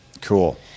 cool